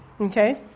Okay